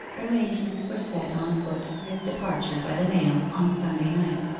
arrangements were set on foot for his departure by the mail on sunday night.